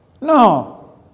No